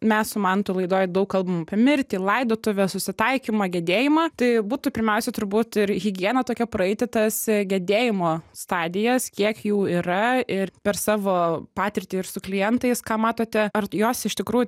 mes su mantu laidoj daug kalbam apie mirtį laidotuves susitaikymą gedėjimą tai būtų pirmiausia turbūt ir higieną tokią praeiti tas gedėjimo stadijas kiek jų yra ir per savo patirtį ir su klientais ką matote ar jos iš tikrųjų